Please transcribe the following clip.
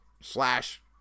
slash